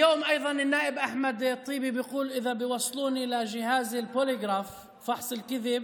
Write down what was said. לפני שבוע יצא האח איימן עודה ואמר שאני נחמד עם הממשלה ומצד שני